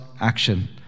action